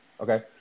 Okay